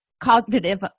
cognitive